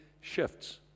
shifts